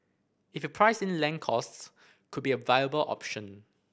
if you price in land costs could be a viable option